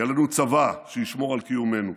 יהיה לנו צבא שישמור על קיומנו.